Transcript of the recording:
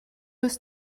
ist